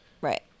Right